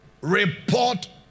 report